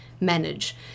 manage